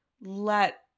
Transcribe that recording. let